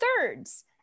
thirds